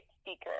speaker